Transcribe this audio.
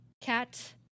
cat